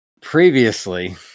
previously